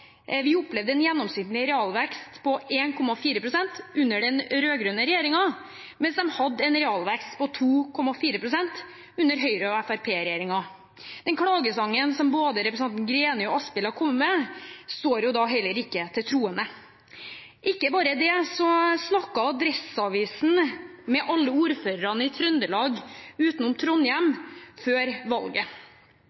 vi opplevd en gjennomsnittlig realvekst på 1,4 pst. under den rød-grønne regjeringen, mens det har vært en realvekst på 2,4 pst. under Høyre–Fremskrittsparti-regjeringen. Den klagesangen som både representanten Greni og Asphjell har kommet med, står da heller ikke til troende. Ikke bare det: Adresseavisen snakket med alle ordførerne i Trøndelag utenom Trondheim